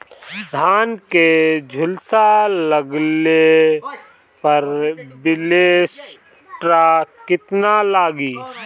धान के झुलसा लगले पर विलेस्टरा कितना लागी?